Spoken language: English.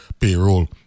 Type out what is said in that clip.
payroll